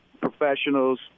professionals